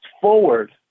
forward